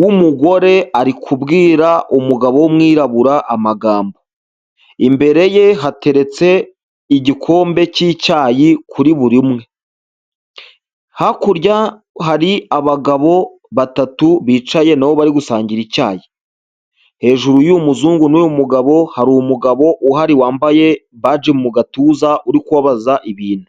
w'umugore arikubwira umugabo w'umwirabura amagambo, imbere ye hateretse igikombe cy'icyayi kuri buri umwe, hakurya hari abagabo batatu bicaye nabo bari gusangira icyayi, hejuru y'uyu muzungu n'uyu mugabo hari umugabo uhari wambaye baji mu gatuza uri kubabaza ibintu.